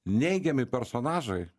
neigiami personažai